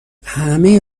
همه